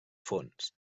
fons